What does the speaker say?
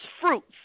fruits